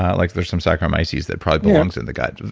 like there's some saccharomyces that probably belongs in the gut.